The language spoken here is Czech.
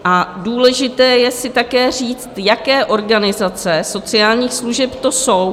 A důležité je si také říct, jaké organizace sociálních služeb to jsou.